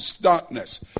darkness